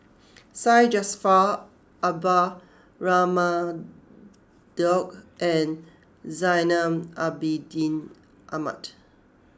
Syed Jaafar Albar Raman Daud and Zainal Abidin Ahmad